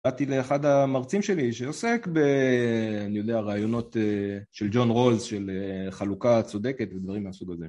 באתי לאחד המרצים שלי שעוסק ב... אני יודע, רעיונות של ג'ון רולס של חלוקה צודקת ודברים מהסוג הזה.